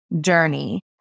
journey